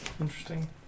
Interesting